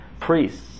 Priests